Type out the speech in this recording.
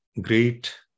great